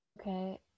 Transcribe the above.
Okay